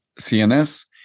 CNS